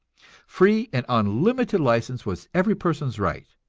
free and unlimited license was every person's right,